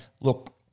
Look